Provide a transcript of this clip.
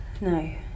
No